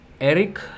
Eric